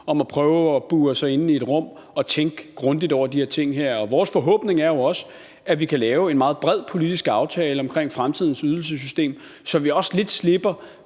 om at prøve at bure sig inde i et rum og tænke grundigt over de her ting. Vores forhåbning er jo også, at vi kan lave en meget bred politisk aftale om fremtidens ydelsessystem, så vi også lidt slipper